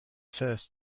first